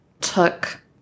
took